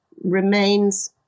remains